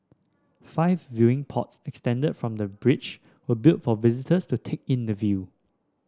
five viewing pods extended from the bridge were built for visitors to take in the view